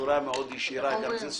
הייתה לי